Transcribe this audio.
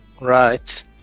right